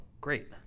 great